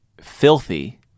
filthy